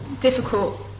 difficult